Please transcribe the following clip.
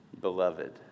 beloved